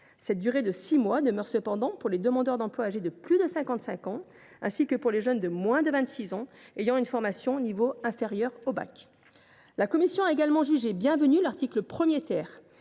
Cette durée de six mois demeure cependant pour les demandeurs d’emploi âgés de plus de 55 ans, ainsi que pour les jeunes de moins de 26 ans ayant une formation de niveau inférieur au bac. La commission a également jugé bienvenu l’article 1, qui